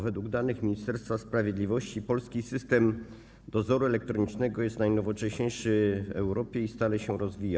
Według danych Ministerstwa Sprawiedliwości polski system dozoru elektronicznego jest najnowocześniejszy w Europie i stale się rozwija.